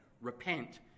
repent